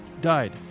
died